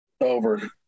Over